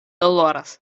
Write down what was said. doloras